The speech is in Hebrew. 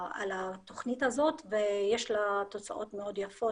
בתוכנית הזאת ויש לה תוצאות מאוד יפות,